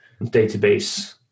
database